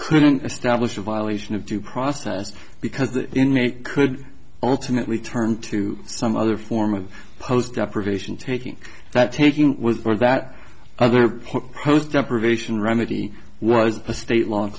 couldn't establish a violation of due process because the inmate could ultimately turn to some other form of post deprivation taking that taking or that other post deprivation remedy was a state law